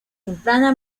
temprana